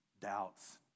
doubts